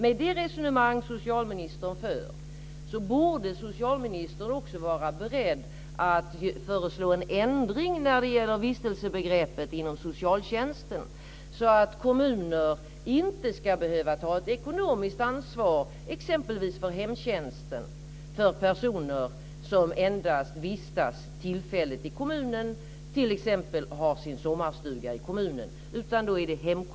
Med det resonemang socialministern för borde socialministern vara beredd att föreslå en ändring när det gäller vistelsebegreppet inom socialtjänsten, så att kommuner inte ska behöva ta ekonomiskt ansvar för exempelvis hemtjänsten för personer som vistas tillfälligt i kommunen, t.ex. har sin sommarstuga där.